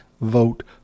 vote